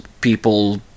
people